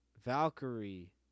Valkyrie